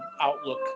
outlook